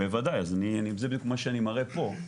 בוודאי וזה מה שאני מראה פה.